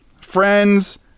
friends